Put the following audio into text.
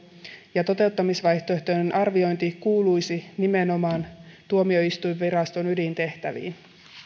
ja toteuttamisvaihtoehtojen arviointi kuuluisi nimenomaan tuomioistuinviraston ydintehtäviin